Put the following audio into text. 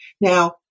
Now